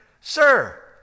Sir